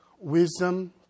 Wisdom